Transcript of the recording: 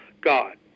God